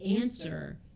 answer